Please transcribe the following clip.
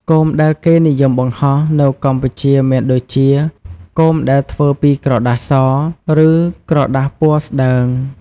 គោមដែលគេនិយមបង្ហោះនៅកម្ពុជាមានដូចជា គោមដែលធ្វើពីក្រដាសស ឬក្រដាសពណ៌ស្តើង។